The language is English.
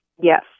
Yes